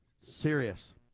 serious